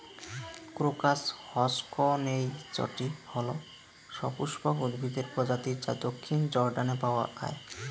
crocus হসকনেইচটি হল সপুষ্পক উদ্ভিদের প্রজাতি যা দক্ষিণ জর্ডানে পাওয়া য়ায়